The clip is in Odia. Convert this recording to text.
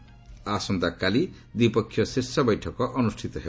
ଆସନ୍ତାକାଲି ଦ୍ୱିପକ୍ଷୀୟ ଶୀର୍ଷ ବୈଠକ ଅନୃଷ୍ଠିତ ହେବ